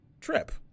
trip